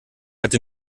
hatte